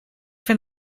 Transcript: vind